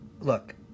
Look